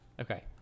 okay